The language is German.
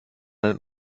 einen